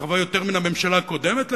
רחבה יותר מן הממשלה הקודמת לפחות.